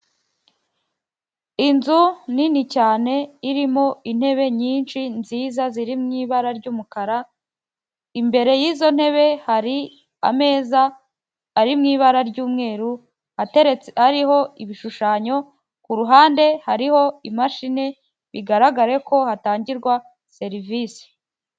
Inzu nini cyane irimo intebe nyinshi nziza ziri mu ibara ry'umukara imbere y'izo ntebe hari ameza ari mu ibara ry'umweru ateretse hariho ibishushanyo ku ruhande hariho imashini bigaragare ko hatangirwa serivisi.